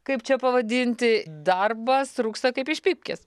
kaip čia pavadinti darbas rūksta kaip iš pypkės